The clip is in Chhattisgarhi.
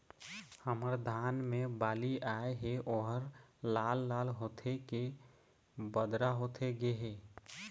हमर धान मे बाली आए हे ओहर लाल लाल होथे के बदरा होथे गे हे?